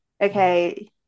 okay